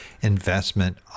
investment